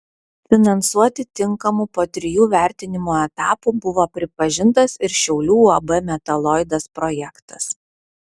finansuoti tinkamu po trijų vertinimo etapų buvo pripažintas ir šiaulių uab metaloidas projektas